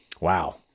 Wow